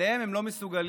עליהם הם לא מסוגלים,